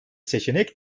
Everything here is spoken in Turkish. seçenek